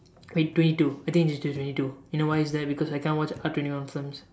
wait twenty two I think you just change to twenty two you know why is that because I cannot watch R twenty one films